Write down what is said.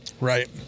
Right